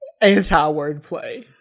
anti-wordplay